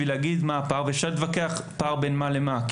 אפשר להתווכח פער בין מה למה.